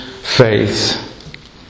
faith